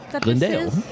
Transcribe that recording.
Glendale